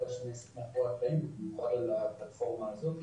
שנעשית בפועל במיוחד על הפלטפורמה הזו.